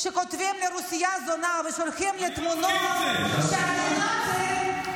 כשכותבים לי "רוסיה זונה" ושולחים לי תמונות שאני נאצית,